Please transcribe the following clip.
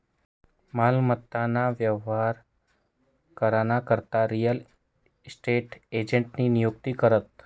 मालमत्ता ना व्यवहार करा ना करता रियल इस्टेट एजंटनी नियुक्ती करतस